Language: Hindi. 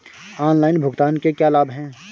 ऑनलाइन भुगतान के क्या लाभ हैं?